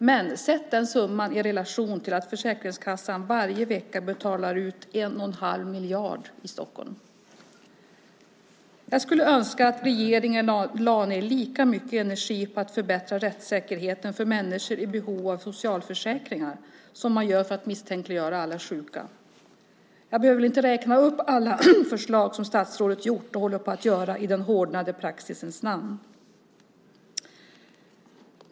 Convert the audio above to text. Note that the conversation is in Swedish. Men sätt den summan i relation till att Försäkringskassan varje vecka betalar ut 1 1⁄2 miljard i Stockholm! Jag skulle önska att regeringen lade lika mycket energi på att förbättra rättssäkerheten för människor i behov av socialförsäkringar som man lägger på att misstänkliggöra alla sjuka. Jag behöver väl inte räkna upp alla förslag som statsrådet utarbetat och håller på att utarbeta i den hårdnande praxisens namn.